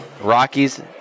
Rockies